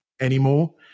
anymore